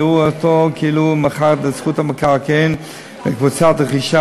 יראו אותו כאילו מכר את הזכות במקרקעין לקבוצת הרכישה,